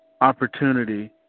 opportunity